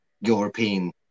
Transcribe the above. European